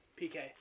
PK